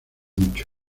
mucho